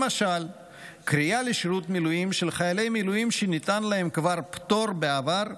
למשל קריאה לשירות מילואים של חיילי מילואים שניתן להם כבר פטור בעבר,